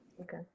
Okay